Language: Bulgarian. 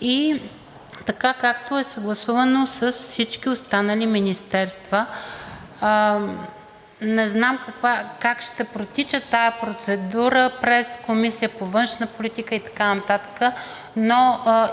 и така както е съгласувано с всички останали министерства. Не знам как ще протича тази процедура през Комисията по външна политика и така нататък,